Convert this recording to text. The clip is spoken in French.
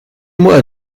moi